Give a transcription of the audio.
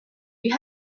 you